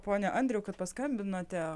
pone andriau kad paskambinote